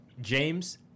James